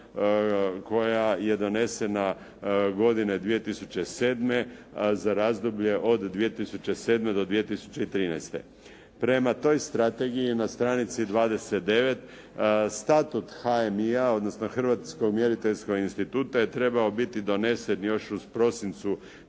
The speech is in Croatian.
koja je donesena godine 2007. za razdoblje od 2007. do 2013. Prema toj strategiji na stranci 29 status HMI-a, odnosno Hrvatskog mjeriteljskog instituta je trebao biti donesen još u prosincu